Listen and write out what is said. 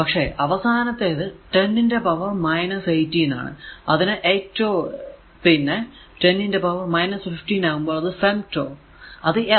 പക്ഷെ അവസാനത്തേത് 10 ന്റെ പവർ 18 ആണ് അതിനെ അറ്റൊ പിന്നെ 10 ന്റെ പവർ 15 ആകുമ്പോൾ അത് ഫെംറ്റോ അത് f